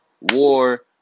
war